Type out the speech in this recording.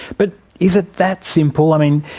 but is it that simple? i mean,